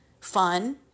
fun